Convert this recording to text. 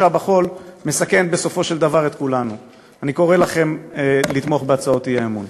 למה שקורה בעזה להתפתח יבואו אלינו בעוצמה הרבה יותר חזקה והרבה יותר